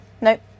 Nope